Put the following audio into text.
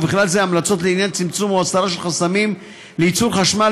ובכלל זה המלצות לעניין צמצום או הסרה של חסמים לייצור חשמל